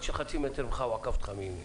של חצי מטר ממך הוא עקף אותך מימין.